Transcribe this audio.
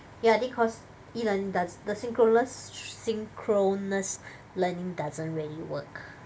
ya I think cause e-learning does~ the synchrolus synchronous learning doesn't really work